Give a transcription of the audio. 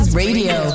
radio